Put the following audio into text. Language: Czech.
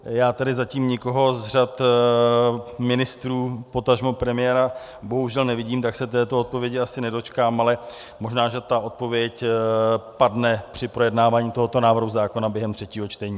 Já tedy zatím nikoho z řad ministrů, potažmo premiéra bohužel nevidím, tak se této odpovědi asi nedočkám, ale možná, že ta odpověď padne při projednávání tohoto návrhu zákona během třetího čtení.